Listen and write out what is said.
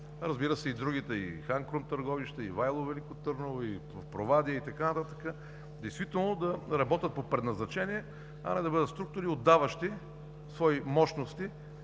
разбира се, и другите, и „Хан Крум“ – Търговище, и „Ивайло“ – Велико Търново, и в Провадия и така нататък, действително да работят по предназначение, а не да бъдат структури, отдаващи свои мощности